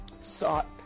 sought